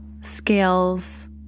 scales